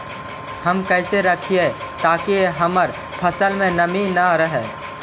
हम कैसे रखिये ताकी हमर फ़सल में नमी न रहै?